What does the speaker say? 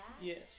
Yes